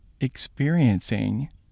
experiencing